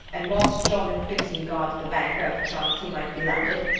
and whilst john and quincey guard the bank where perchance he might be landed,